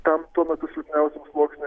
tam tuo metu sunkiausiam sluoksniui